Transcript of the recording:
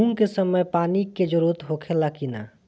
मूंग के समय मे पानी के जरूरत होखे ला कि ना?